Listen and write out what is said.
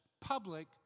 public